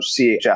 CHF